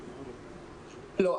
לא.